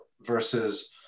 versus